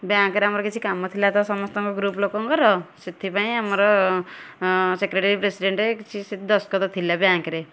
bank ରେ ଆମର କିଛି କାମ ଥିଲା ତ ସମସ୍ତଙ୍କ ଗ୍ରୁପ୍ ଲୋକଙ୍କର ସେଥିପାଇଁ ଆମର ସେକ୍ରେଟେରୀ ପ୍ରେସିଡ଼େଣ୍ଟ୍ କିଛି ଦସ୍ତଖତ ଥିଲା ବ୍ୟାଙ୍କ୍ ରେ